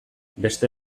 beste